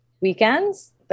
weekends